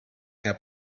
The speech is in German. herr